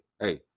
hey